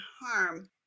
harm